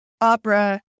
Opera